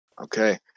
Okay